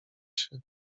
się